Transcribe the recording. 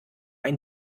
ein